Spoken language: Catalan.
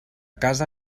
casa